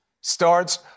starts